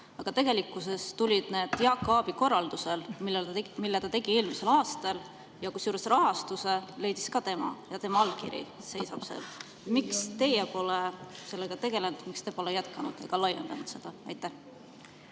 Aga tegelikkuses tulid need Jaak Aabi korraldusel, mille ta tegi eelmisel aastal, kusjuures rahastuse leidis ka tema. Ja tema allkiri seisab seal. Miks teie pole sellega tegelenud? Miks te pole jätkanud ega laiendanud seda? Aitäh,